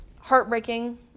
heartbreaking